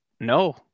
no